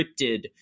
scripted